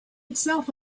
itself